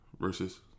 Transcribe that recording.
versus